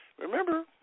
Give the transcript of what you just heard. Remember